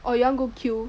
oh you want go queue